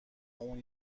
اون